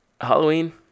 Halloween